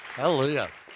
Hallelujah